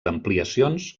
ampliacions